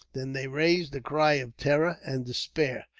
than they raised a cry of terror and despair.